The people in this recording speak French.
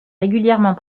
régulièrement